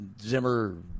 Zimmer